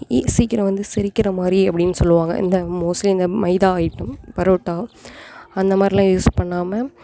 இ சீக்கிரம் வந்து செரிக்கிறமாதிரி அப்படின்னு சொல்லுவாங்க இந்த மோஸ்ட்லி இந்த மைதா ஐட்டம் பரோட்டா அந்தமாதிரிலாம் யூஸ் பண்ணாமல்